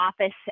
office